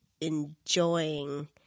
enjoying